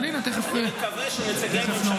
אבל הינה תכף --- אני מקווה שנציגי הממשלה